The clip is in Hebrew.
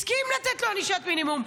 הסכים לתת לו ענישת מינימום,